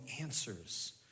answers